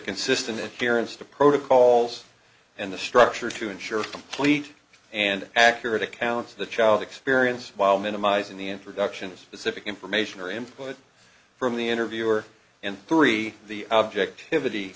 consistent ference to protocols and the structure to ensure complete and accurate accounts of the child experience while minimizing the introduction of specific information or input from the interviewer and three the objectivity